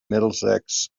middlesex